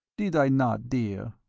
did i not, dear?